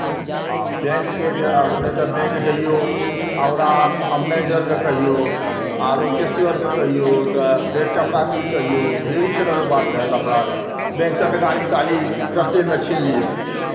आ बैंकके जे आब नहि तऽ बैंक जैऔ आ ओकरा आब मैनेजरकेँ कहियौ आरो कैशियरकेँ कहियौ तऽ फेर चपरासीकेँ कहियौ ढेरी तरहके बात रहए लफड़ा रहए बैंकसँ टाका निकाली रस्तेमे छीन लिअय